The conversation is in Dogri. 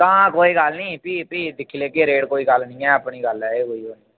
तां कोई गल्ल नि फ्ही फ्ही दिक्खी लैगे रेट कोई गल्ल नी ऐ अपनी गल्ल ऐ कोई ओह् नि